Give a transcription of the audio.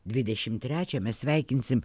dvidešimt trečią mes sveikinsim